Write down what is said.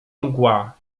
mgła